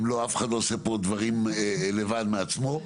אף אחד לא עושה פה דברים לבד מעצמו.